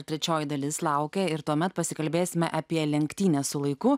trečioji dalis laukia ir tuomet pasikalbėsime apie lenktynes su laiku